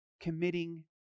committing